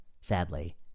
sadly